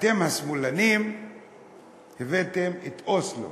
אתם השמאלנים הבאתם את אוסלו,